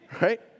right